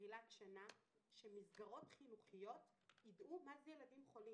בתחילת שנה שמסגרות חינוך יידעו מה זה ילדים חולים.